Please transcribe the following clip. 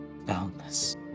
boundless